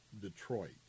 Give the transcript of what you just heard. Detroit